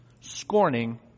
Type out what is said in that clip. scorning